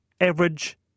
average